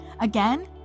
Again